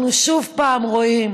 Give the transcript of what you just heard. אנחנו עוד פעם רואים